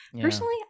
personally